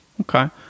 Okay